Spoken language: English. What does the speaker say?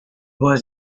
was